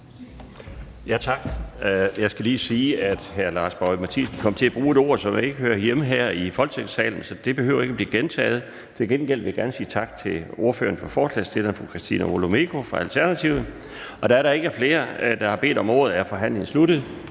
Tak. Jeg skal lige sige, at hr. Lars Boje Mathiesen kom til at bruge et ord, som ikke hører hjemme her i Folketingssalen. Det behøver ikke blive gentaget. Til gengæld vil jeg gerne sige tak til ordføreren for forslagsstillerne, fru Christina Olumeko fra Alternativet. Da der ikke er flere, der har bedt om ordet, er forhandlingen sluttet,